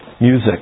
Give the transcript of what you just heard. Music